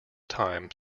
time